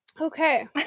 Okay